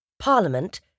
Parliament